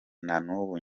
nanubu